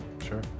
Sure